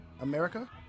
America